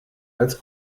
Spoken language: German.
als